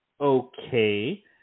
okay